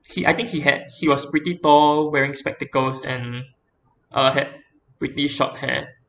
he I think he had he was pretty tall wearing spectacles and uh had pretty short hair